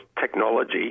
technology